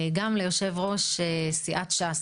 גם ליושב ראש סיעת ש"ס,